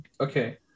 okay